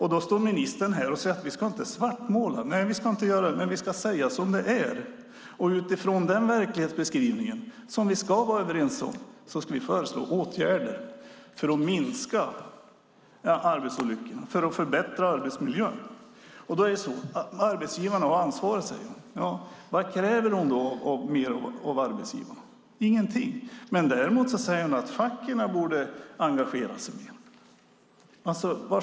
Ministern står här och säger att vi inte ska svartmåla. Nej, det ska vi inte göra, men vi ska säga som det är. Utifrån den verklighetsbeskrivning som vi ska vara överens om ska vi föreslå åtgärder för att minska arbetsolyckorna och förbättra arbetsmiljön. Ministern säger att arbetsgivarna har ansvaret. Vad kräver ministern av arbetsgivarna? Ingenting. Däremot säger ministern att facket borde engagera sig mer.